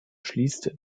schließt